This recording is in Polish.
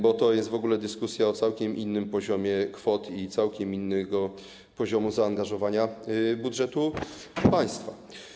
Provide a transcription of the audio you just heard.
Bo to jest w ogóle dyskusja o całkiem innym poziomie kwot i całkiem innym poziomie zaangażowania budżetu państwa.